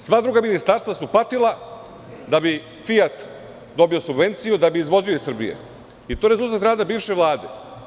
Sva druga ministarstva su patila da bi „Fijat“ dobio subvenciju, da bi izvozio iz Srbije i to je rezultat rada bivše Vlade.